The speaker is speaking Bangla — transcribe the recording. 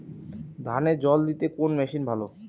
ধানে জল দিতে কোন মেশিন ভালো?